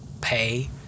pay